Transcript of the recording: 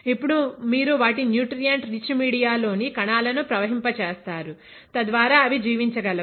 ఇప్పుడు మీరు వాటి న్యూట్రియెంట్ రిచ్ మీడియా లోని కణాలను ప్రవహింపచేస్తారు తద్వారా అవి జీవించగలవు